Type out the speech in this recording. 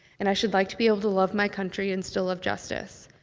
and i should like to be able to love my country and still love justice.